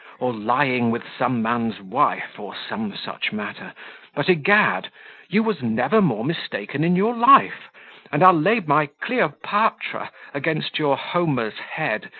or lying with some man's wife, or some such matter but, egad! you was never more mistaken in your life and i'll lay my cleopatra against your homer's head,